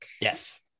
Yes